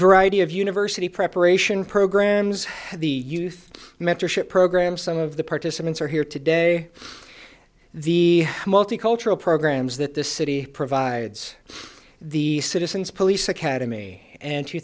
variety of university preparation programs the youth mentorship program some of the participants are here today the multicultural programs that the city provides the citizens police academy and two